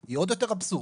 היא עוד יותר אבסורדית.